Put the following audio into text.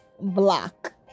block